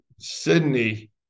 Sydney